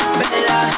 bella